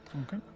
Okay